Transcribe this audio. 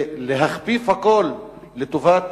ולהכפיף הכול לטובת